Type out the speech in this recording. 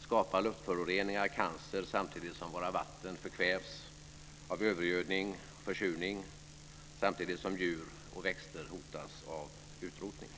skapar luftföroreningar cancer samtidigt som våra vatten förkvävs av övergödning och försurning och samtidigt som djur och växter hotas av utrotning.